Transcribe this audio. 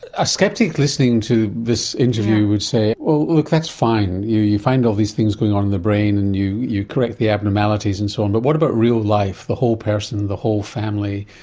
a sceptic listening to this interview would say well, look that's fine, you you find all these things going on in the brain and you you correct the abnormalities and so on', but what about real life, the whole person, the whole family,